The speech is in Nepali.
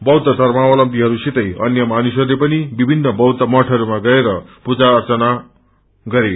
बौद्ध धर्मावलम्बीहरूसित अन्य मानिसहरू पनि विभिन्न बौद्ध मठहरूमा गएर पूजा अर्चना गरे